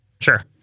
Sure